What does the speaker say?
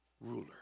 ruler